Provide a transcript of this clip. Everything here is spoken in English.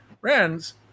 friends